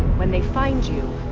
when they find you,